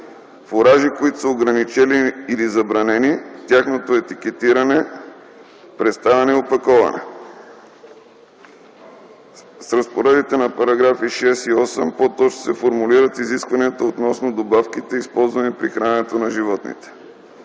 фуражи, които са ограничени или забранени, тяхното етикетиране, представяне и опаковане. С разпоредбите на § 6 и § 8 по-точно се формулират изискванията относно добавките използвани при храненето на животните.